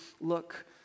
look